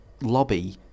lobby